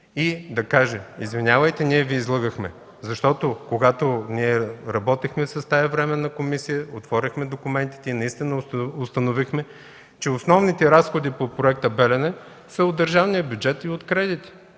и да каже: „Извинявайте, ние Ви излъгахме”, защото, когато тази Временна комисия работеше, отворихме документите и наистина установихме, че основните разходи по проекта „Белене” са от държавния бюджет и от кредита.